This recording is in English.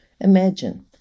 Imagine